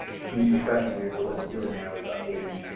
screens refreshing here so what it's doing now is updating,